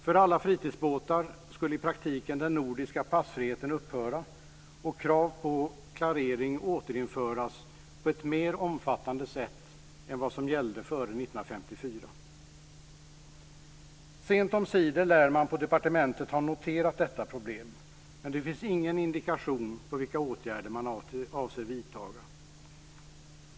För alla fritidsbåtar skulle i praktiken den nordiska passfriheten upphöra och krav på klarering återinföras på ett mer omfattande sätt än vad som gällde före Sent omsider lär man på departementet ha noterat detta problem, men det finns ingen indikation på vilka åtgärder man avser att vidta.